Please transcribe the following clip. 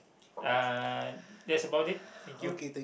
uh that's about it thank you